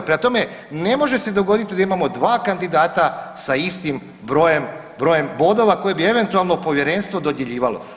Prema tome, ne može se dogoditi da imamo dva kandidata sa istim brojem bodova koje bi eventualno povjerenstvo dodjeljivalo.